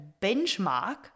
benchmark